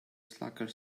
slacker